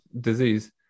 disease